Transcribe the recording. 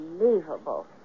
Unbelievable